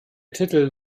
titel